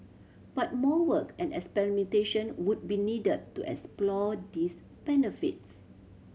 but more work and experimentation would be needed to explore these benefits